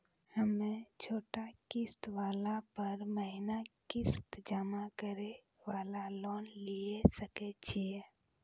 हम्मय छोटा किस्त वाला पर महीना किस्त जमा करे वाला लोन लिये सकय छियै?